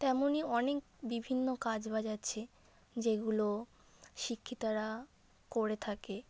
তেমনই অনেক বিভিন্ন কাজ বাজ আছে যেগুলো শিক্ষিতারা করে থাকে